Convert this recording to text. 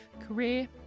career